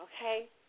Okay